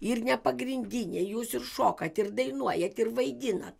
ir nepagrindiniai jūs ir šokat ir dainuojat ir vaidinat